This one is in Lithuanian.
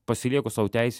pasilieku sau teisę